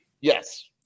Yes